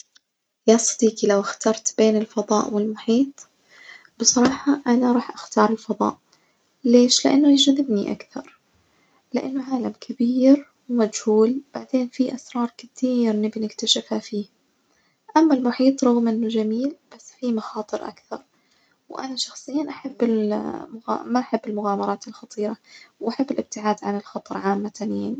يا صديقي لو اخترت بين الفضاء والمحيط بصراحة أنا راح أختار الفضاء، ليش؟ لإنه يجذبني أكثر لإنه عالم كبير ومجهول وبعدين فيه أسرار كتير نبي نكتشفها فيه، أما المحيط رغم إنه جميل بس فيه مخاطر أكثر وأنا شخصياً أحب ال ما أحب المغامرات الخطيرة، وأحب الابتعاد عن الخطر عمتًا يعني.